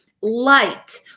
light